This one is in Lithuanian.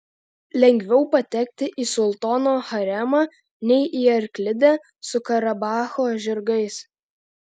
lengviau patekti į sultono haremą nei į arklidę su karabacho žirgais